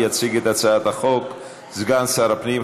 יציג את הצעת החוק סגן שר הפנים,